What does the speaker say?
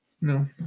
no